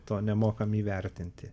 to nemokame įvertinti